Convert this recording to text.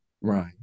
Right